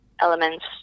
elements